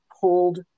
pulled